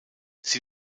sie